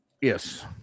Yes